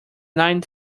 nine